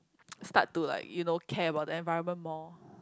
start to like you know care about the environment more